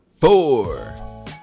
four